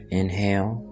inhale